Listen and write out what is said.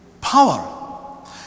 power